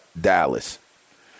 Dallas